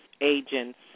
agents